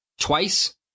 twice